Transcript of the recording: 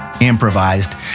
improvised